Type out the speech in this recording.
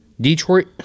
detroit